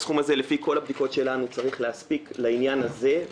הסכום לפי כל הבדיקות שלנו צריך להספיק לעניין הזה.